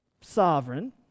sovereign